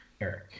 Eric